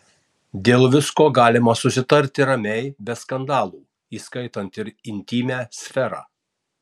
dėl visko galima susitarti ramiai be skandalų įskaitant ir intymią sferą